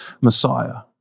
Messiah